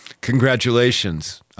Congratulations